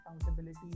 accountability